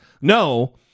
No